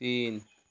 तीन